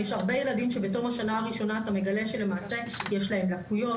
יש ילדים שבתום השנה הראשונה אתה מגלה שלמעשה יש להם לקויות,